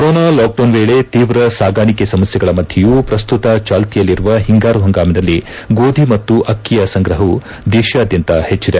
corona lockdown ವೇಳೆ ಶೀವ್ರ ಸಾಗಾಣಿಕೆ ಸಮಸ್ಥೆಗಳ ಮಧ್ಯೆಯೂ ಪ್ರಸ್ತುತ ಚಾಲ್ತಿಯಲ್ಲಿರುವ ಒಂಗಾರು ಪಂಗಾಮಿನಲ್ಲಿ ಗೋಧಿ ಮತ್ತು ಅಕ್ಕಿಯ ಸಂಗ್ರಹವು ದೇಶಾದ್ಯಂತ ಹೆಚ್ಚದೆ